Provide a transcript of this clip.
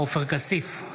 עופר כסיף,